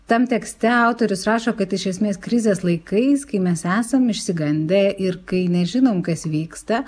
tam tekste autorius rašo kad iš esmės krizės laikais kai mes esam išsigandę ir kai nežinom kas vyksta